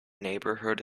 neighborhood